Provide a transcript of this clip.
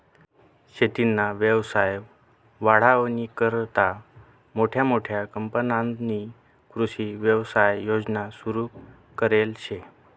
शेतीना व्यवसाय वाढावानीकरता मोठमोठ्या कंपन्यांस्नी कृषी व्यवसाय योजना सुरु करेल शे